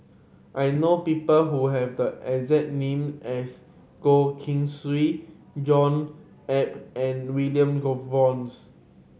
I know people who have the exact name as Goh Keng Swee John Eber and William